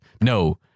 no